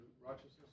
righteousness